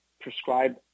prescribe